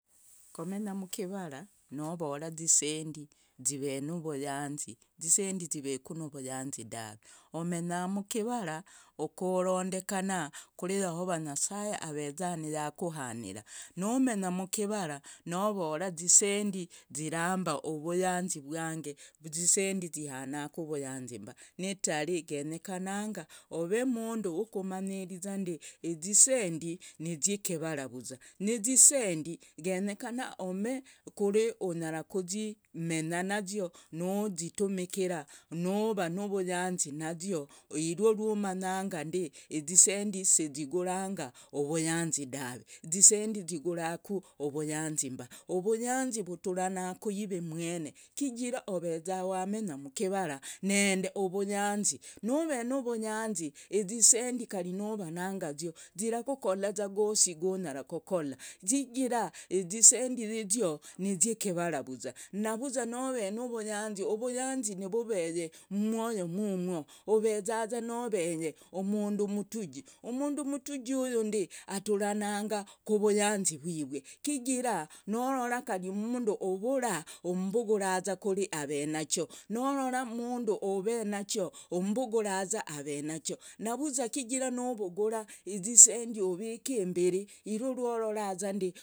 Komenya mukivara novora izisendi zive nuvuyanzi. Zisendi ziveku nuvuyanzi dave. umenya mkivara ukorondekana kure yahova nyasaye aveza niyakuhanira numenya mukivara novora zisendi ziramba uvuyanzi vwange. izisendi zihanaku uvuyanzi mba. nitare genyekananga ove umundu wukumanyirizande izisendi niz kivara vuzwa. Nizisendi genyekana ove kure unyara kuzimenyanazio nuzitumikira nuva nuvuyanzi nazio irwo rwumanyangande izisendi siziguranga uvuyanzi dave, izisendi ziguraku uvuyanzi mba, uvuyanzi vuturana kuyive umwene kijira oveza wamenya mukivara ninde uvuyanzi. nove nuvuyanzi izisendi kari nuva nangazio zirakokola gosi gunyara kokola, chigara izisendi yizio niziekevara vuzwaa. Navuzwa noveye nuvuyanzi. uvuyanzi nuvuveye mumwoyo gugwo ovezaza noveye umundu umutuji, umundu umutuji huyu aturanga kuvuyanzi vyivye. Chigira norora kari umundu uvura umbuguraza kure ov nacho. norora umundu ov nacho umbuguraza ove nacho. navuzwa kigira nuvugura izisendi uvike imbire weye rworora za ndee.